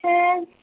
হ্যাঁ